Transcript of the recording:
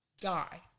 die